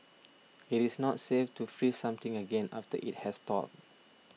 it is not safe to freeze something again after it has thawed